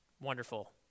wonderful